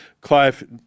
Clive